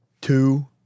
two